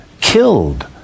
killed